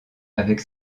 avec